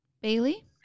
Bailey